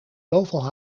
zoveel